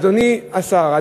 אדוני השר,